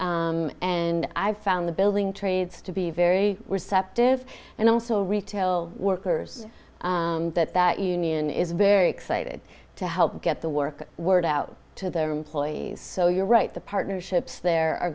and i found the building trades to be very receptive and also retail workers that that union is very excited to help get the work word out to their employees so you're right the partnerships there are